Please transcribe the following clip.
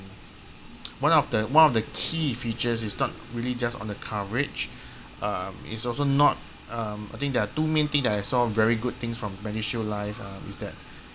one of the one of the key features is not really just on the coverage uh it's also not um I think there two main thing that I saw very good things from medishield life uh is that